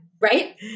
right